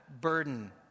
burden